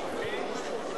שנייה,